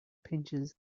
pinches